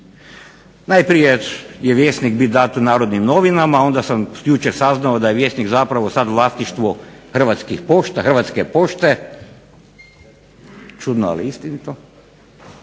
Najprije će "Vjesnik" biti dat u "Narodnim novima", onda sam jučer saznao da je "Vjesnik" zapravo sada vlasništvo Hrvatske pošte. Čudno ali istinito.